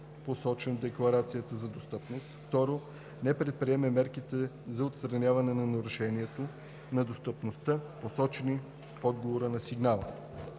посочен в декларацията за достъпност; 2. не предприеме мерките за отстраняване на нарушението на достъпността, посочени в отговора на сигнала.“